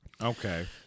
okay